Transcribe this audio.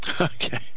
Okay